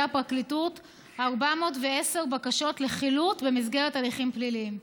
הפרקליטות 410 בקשות לחילוט במסגרת הליכים פליליים.